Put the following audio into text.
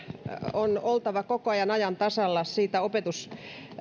on oltava koko ajan ajan tasalla siitä